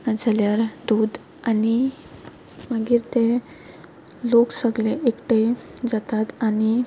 नाजाल्यार दूद आनी मागीर तें लोक सगले एकठांय जातात आनी